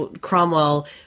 Cromwell